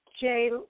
Jay